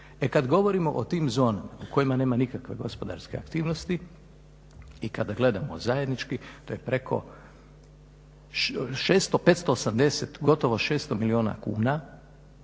E kada govorimo o tim zonama u kojima nema nikakve gospodarske aktivnosti i kada gledamo zajednički to je preko 580 gotovo 600 milijuna kuna